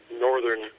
northern